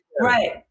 right